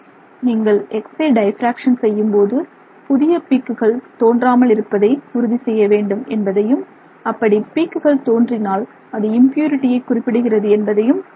நீங்கள் X ray diffraction செய்யும்போது புதிய உச்சிகள் தோன்றாமல் இருப்பதை உறுதி செய்ய வேண்டும் என்பதையும் அப்படி உச்சிகள் தோன்றினால் அது இம்பியூரிடியை குறிப்பிடுகிறது என்பதையும் பார்த்தோம்